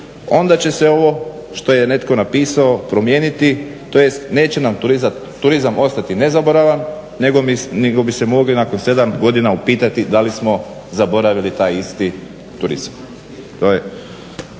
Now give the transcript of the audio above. onda će se ovo što je netko napisa promijeniti, tj. neće nam turizam ostati nezaboravan nego bi se mogli nakon 7. godina upitati da li smo zaboravili taj isti turizam.